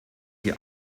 die